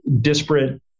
disparate